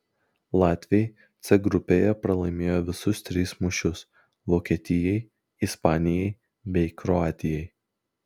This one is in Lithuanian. latviai c grupėje pralaimėjo visus tris mūšius vokietijai ispanijai bei kroatijai